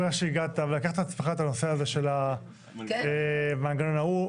מכיוון שהגעת ולקחת על עצמך את הנושא הזה של המנגנון ההוא,